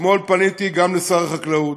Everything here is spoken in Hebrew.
אתמול פניתי גם לשר החקלאות,